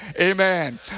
amen